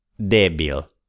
Débil